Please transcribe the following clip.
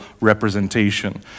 representation